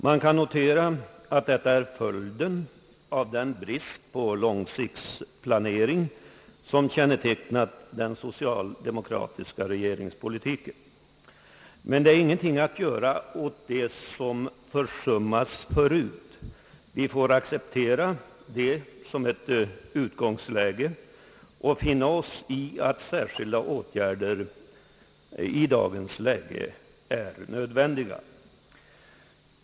Man kan notera, att detta är följden av den brist på långsiktsplanering som har kännetecknat den socialdemokratiska regeringspolitiken. Det är dock ingenting att göra åt det som tidigare har försummats. Vi får acceptera det såsom ett utgångsläge och finna oss i att särskilda åtgärder är nödvändiga i dagens läge.